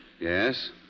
Yes